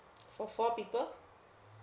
for four people